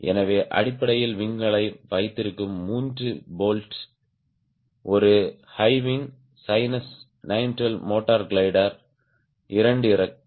எனவே அடிப்படையில் விங் களை வைத்திருக்கும் மூன்று போல்ட் ஒரு ஹை விங் சைனஸ் 912 மோட்டார் கிளைடரின் இரண்டு இறக்கைகள்